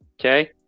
okay